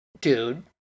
Dude